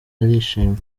arishima